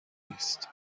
نیست